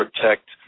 protect